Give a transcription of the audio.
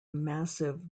massive